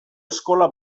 eskola